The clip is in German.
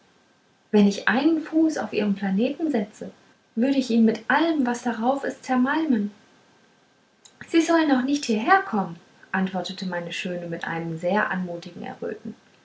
wenn ich einen fuß auf ihren planeten setzte würde ich ihn mit allem was darauf ist zermalmen sie sollen auch nicht hierherkommen antwortete meine schöne mit einem sehr anmutigen erröten